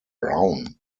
brown